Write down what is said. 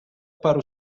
para